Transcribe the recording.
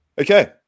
Okay